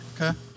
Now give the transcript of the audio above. Okay